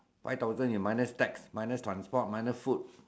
five thousand you minus tax minus transport minus food